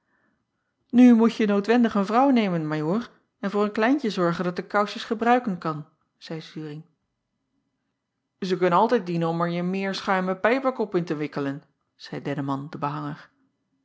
u moetje noodwendig een vrouw nemen ajoor en voor een kleintje zorgen dat de kousjes gebruiken kan zeî uring ij kunnen altijd dienen om er je meerschuimen pijpekop in te wikkelen zeî enneman de behanger